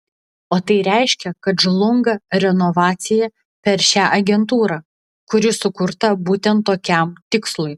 o tai reiškia kad žlunga renovacija per šią agentūrą kuri sukurta būtent tokiam tikslui